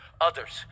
others